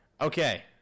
okay